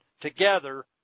together